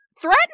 Threatening